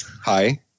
Hi